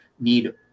need